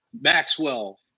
maxwell